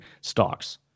stocks